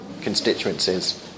constituencies